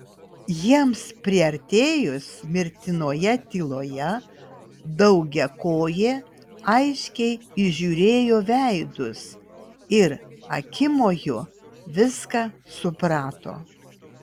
jiems priartėjus mirtinoje tyloje daugiakojė aiškiai įžiūrėjo veidus ir akimoju viską suprato